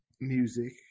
music